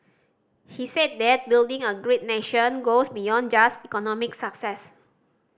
he said that building a great nation goes beyond just economic success